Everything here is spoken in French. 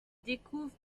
découvre